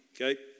Okay